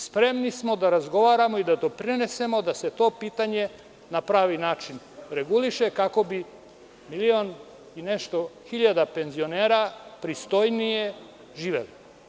Spremni smo da razgovaramo i da doprinesemo da se to pitanje na pravi način reguliše, kako bi milion i nešto hiljada penzionera pristojnije živeli.